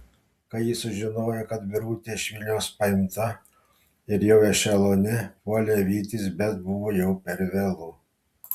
kai jis sužinojo kad birutė iš vilniaus paimta ir jau ešelone puolė vytis bet buvo jau per vėlu